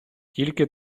тільки